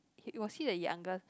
he was he the youngest